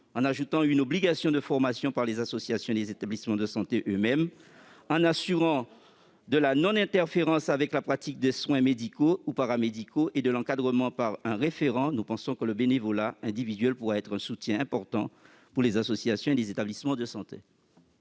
en ajoutant une obligation de formation par les associations et les établissements de santé eux-mêmes, en s'assurant de la non-interférence avec la pratique des soins médicaux ou paramédicaux et de l'encadrement par un référent, nous pensons que le bénévolat individuel pourra être un soutien important pour les associations et les établissements de santé.